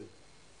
כן.